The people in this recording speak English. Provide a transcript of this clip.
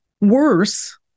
worse